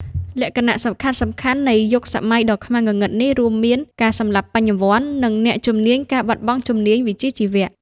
លក្ខណៈសំខាន់ៗនៃយុគសម័យដ៏ខ្មៅងងឹតនេះរួមមាន ការសម្លាប់បញ្ញវន្ត និងអ្នកជំនាញ ការបាត់បង់ជំនាញវិជ្ជាជីវៈ។